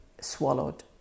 swallowed